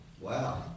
Wow